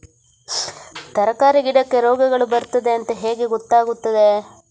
ತರಕಾರಿ ಗಿಡಕ್ಕೆ ರೋಗಗಳು ಬರ್ತದೆ ಅಂತ ಹೇಗೆ ಗೊತ್ತಾಗುತ್ತದೆ?